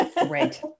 Right